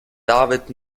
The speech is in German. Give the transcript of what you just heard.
david